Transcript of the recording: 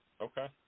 Okay